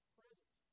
present